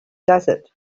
desert